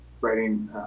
writing